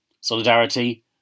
Solidarity